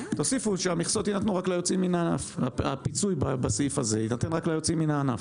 תוסיפו שהפיצוי בסעיף הזה יינתן רק ליוצאים מן הענף.